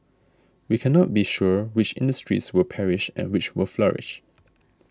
we cannot be sure which industries will perish and which will flourish